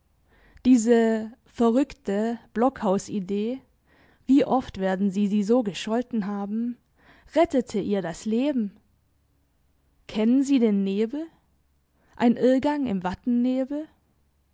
diese verrückte blockhausidee wie oft werden sie sie so gescholten haben rettete ihr das leben kennen sie den nebel ein irrgang im